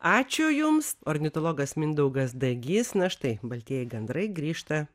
ačiū jums ornitologas mindaugas dagys na štai baltieji gandrai grįžta